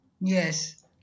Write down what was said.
Yes